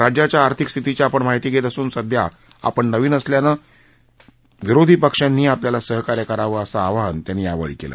राज्याच्या आर्थिक स्थितीची आपण माहिती घेत असून सध्या आपण नवीन असल्यानं विरोधी पक्षांनीही आपल्याला सहकार्य करावं असं आवाहन त्यांनी यावेळी केलं